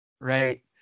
Right